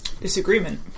Disagreement